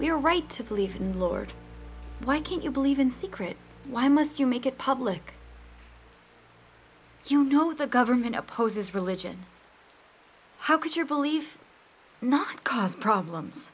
are right to believe in the lord why can't you believe in secret why must you make it public you know the government opposes religion how could you believe not cause problems